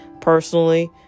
personally